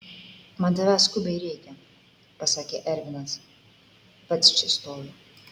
man tavęs skubiai reikia pasakė ervinas pats čia stoviu